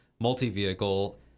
multi-vehicle